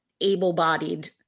able-bodied